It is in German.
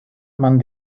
man